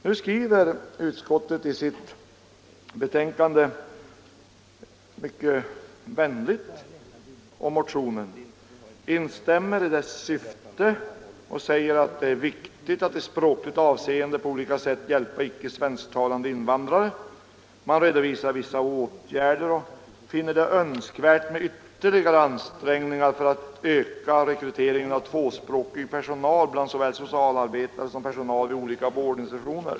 Nu skriver utskottet i sitt betänkande mycket vänligt om motionen, instämmer i dess syfte och säger att ”det är viktigt att i språkligt avseende på olika sätt hjälpa icke svensktalande invandrare”. Man redovisar vissa åtgärder och finner det ”önskvärt att ytterligare ansträngningar görs för att öka rekryteringen av tvåspråkig personal bland såväl socialarbetare som personal vid olika vårdinstitutioner”.